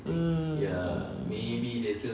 mm